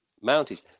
mountains